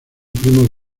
primo